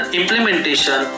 implementation